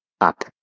Up